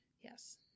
Yes